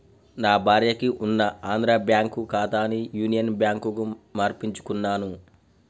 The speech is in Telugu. నా భార్యకి ఉన్న ఆంధ్రా బ్యేంకు ఖాతాని యునియన్ బ్యాంకుకు మార్పించుకున్నాను